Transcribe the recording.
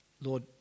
Lord